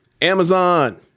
amazon